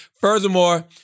Furthermore